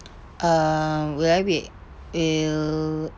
err will I be il~